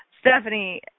Stephanie